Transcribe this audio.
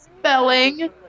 Spelling